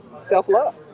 self-love